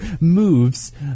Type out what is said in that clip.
moves